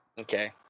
Okay